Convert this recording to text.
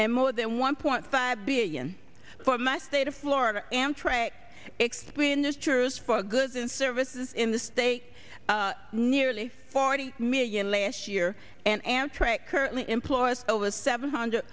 and more than one point five billion for my state of florida amtrak experience jurors for goods and services in the state nearly forty million last year and amtrak currently employed over seven hundred